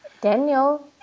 Daniel